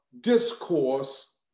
discourse